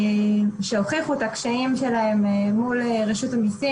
שהוכיחו את הקשיים שלהם מול רשות המסים,